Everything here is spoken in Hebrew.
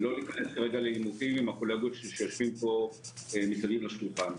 ולא אכנס לעימותים עם הקולגות שיושבים פה סביב השולחן.